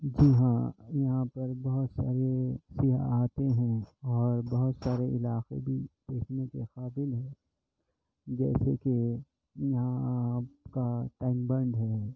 جی ہاں یہاں پر بہت سارے سیاح آتے ہیں اور بہت سارے علاقے بھی دیکھنے کے قابل ہیں جیسے کے یہاں آپ کا ٹائم بند ہے